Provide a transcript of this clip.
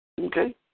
Okay